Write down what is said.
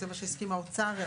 זה מה שהסכים האוצר.